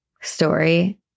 story